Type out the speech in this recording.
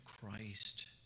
Christ